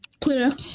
Pluto